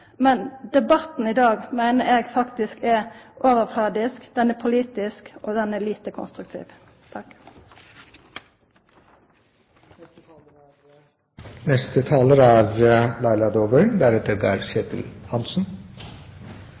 Men debatten i dag meiner eg faktisk er overflatisk, den er politisk, og den er lite konstruktiv. Det som interpellanten her i dag belyser, er